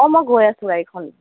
অ মই গৈ আছোঁ গাড়ীখন লৈ